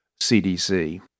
CDC